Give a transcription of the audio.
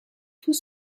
tout